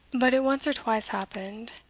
but it once or twice happened